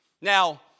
Now